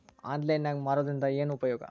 Online ನಾಗ್ ಮಾರೋದ್ರಿಂದ ಏನು ಉಪಯೋಗ?